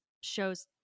shows